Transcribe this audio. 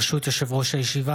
ברשות יושב-ראש הישיבה,